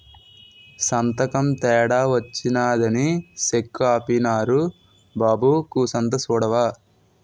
సంతకం తేడా వచ్చినాదని సెక్కు ఆపీనారు బాబూ కూసంత సూడవా